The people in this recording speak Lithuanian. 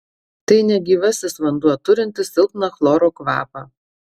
tai negyvasis vanduo turintis silpną chloro kvapą